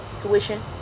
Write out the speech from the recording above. tuition